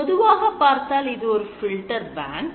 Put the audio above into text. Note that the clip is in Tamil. பொதுவாகப் பார்த்தால் இது ஒரு filter bank